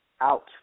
out